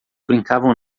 brincavam